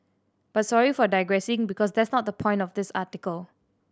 but sorry for digressing because that's not the point of this article